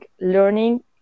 learning